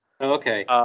Okay